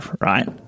right